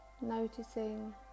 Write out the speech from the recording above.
noticing